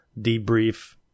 debrief